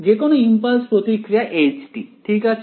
যে কোনো ইমপালস প্রতিক্রিয়া h ঠিক আছে